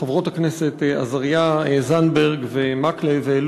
חברות הכנסת עזריה וזנדברג וחבר הכנסת מקלב